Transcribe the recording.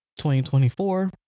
2024